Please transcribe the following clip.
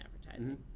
advertising